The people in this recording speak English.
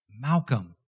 Malcolm